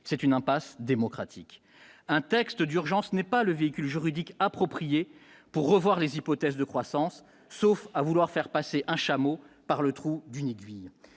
c'est une impasse démocratique, un texte d'urgence n'est pas le véhicule juridique approprié pour revoir les hypothèses de croissance, sauf à vouloir faire passer un chameau par le trou d'unique,